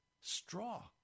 straw